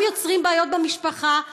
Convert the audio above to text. גם יוצרים בעיות במשפחה,